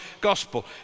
gospel